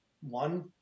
one